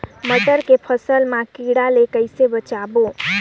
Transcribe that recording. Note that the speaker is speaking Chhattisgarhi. मटर के फसल मा कीड़ा ले कइसे बचाबो?